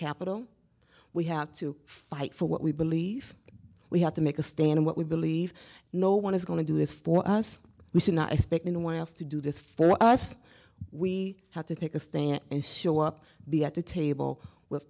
capitol we have to fight for what we believe we have to make a stand what we believe no one is going to do this for us we should not expect anyone else to do this for us we have to take a stand and show up be at the table with